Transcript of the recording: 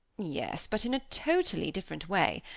yes, but in a totally different way.